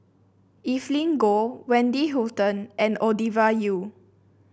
Evelyn Goh Wendy Hutton and Ovidia Yu